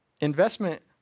Investment